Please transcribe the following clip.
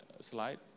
slide